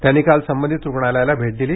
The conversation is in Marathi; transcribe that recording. त्यांनी काल संबंधित रुग्णालयाला भेट दिली